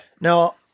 Now